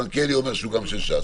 מלכיאלי אומר שהוא גם של ש"ס.